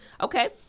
okay